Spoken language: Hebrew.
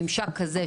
ממשק כזה,